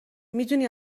میدونی